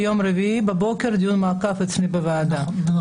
ביום רביעי בבוקר דיון מעקב אצלי בוועדה.